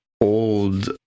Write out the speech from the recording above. old